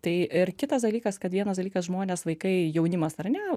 tai ir kitas dalykas kad vienas dalykas žmonės vaikai jaunimas ar ne